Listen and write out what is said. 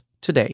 today